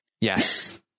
Yes